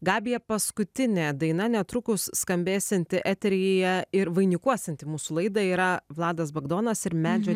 gabija paskutinė daina netrukus skambėsianti eteryje ir vainikuosianti mūsų laidą yra vladas bagdonas ir medžio